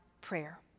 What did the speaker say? prayer